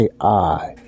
AI